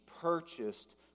purchased